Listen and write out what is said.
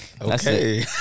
Okay